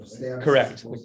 correct